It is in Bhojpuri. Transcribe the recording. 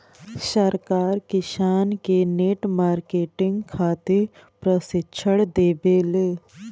सरकार किसान के नेट मार्केटिंग खातिर प्रक्षिक्षण देबेले?